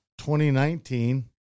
2019